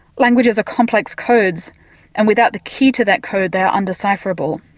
languages are complex codes and without the key to that code they are undecipherable.